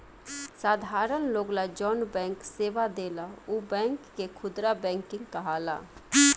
साधारण लोग ला जौन बैंक सेवा देला उ बैंक के खुदरा बैंकिंग कहाला